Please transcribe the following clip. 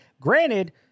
Granted